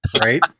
Right